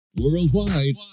Worldwide